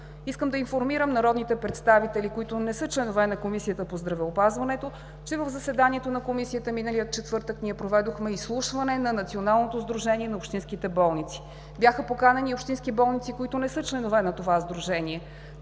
Искам да информирам народните представители, които не са членове на Комисията по здравеопазване, че в заседанието на Комисията миналия четвъртък проведохме изслушване на Националното сдружение на общинските болници. Бяха поканени и общински болници, които не са членове на това сдружение.